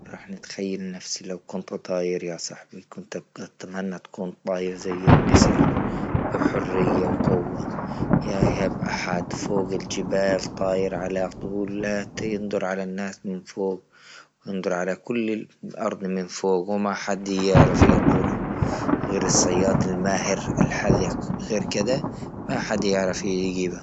راح نتخيل نفسي لو كنت طاير يا صاحبي كنت أتمنى تكون طاير زي النسر بحرية وقوة، لا يهاب أحد فوق الجبال طاير على طول لا ينضر على الناس من فوق يضر على كل أرض من فوق وما حد يعرف يطلو، غير صياد الماهر الحذق غير كذا ما حد يعرف يقيبه.